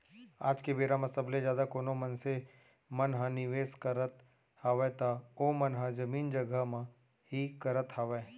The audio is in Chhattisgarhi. आज के बेरा म सबले जादा कोनो मनसे मन ह निवेस करत हावय त ओमन ह जमीन जघा म ही करत हावय